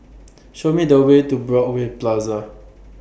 Show Me The Way to Broadway Plaza